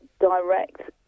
direct